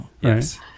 yes